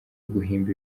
guhimba